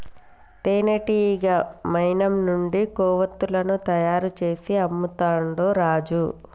తేనెటీగ మైనం నుండి కొవ్వతులను తయారు చేసి అమ్ముతాండు రాజు